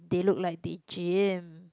they look like they gym